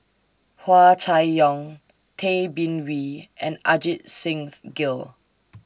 Hua Chai Yong Tay Bin Wee and Ajit Singh Gill